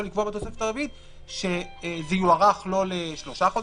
לקבוע בתוספת הרביעית שזה לא יוארך לשלושה חודשים,